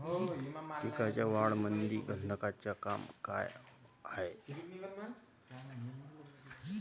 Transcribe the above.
पिकाच्या वाढीमंदी गंधकाचं का काम हाये?